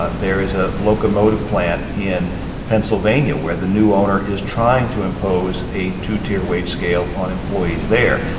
ah there is a locomotive plant in pennsylvania where the new owner is trying to impose a two-tier wage scale on employees there.